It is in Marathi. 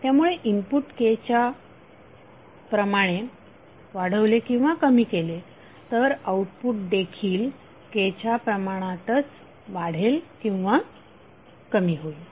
त्यामुळे इनपुट K च्या प्रमाने वाढवले किंवा कमी केले तर आउटपुट देखील K च्या प्रमाणातच वाढेल किंवा कमी होईल